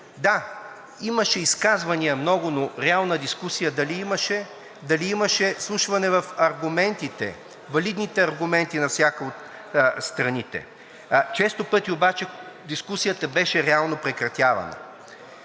Да, имаше изказвания, много, но реална дискусия дали имаше, дали имаше слушане на валидните аргументи на всяка от страните? Често пъти обаче дискусията беше реално прекратявана.